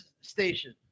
station